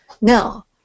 now